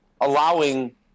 allowing